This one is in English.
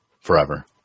forever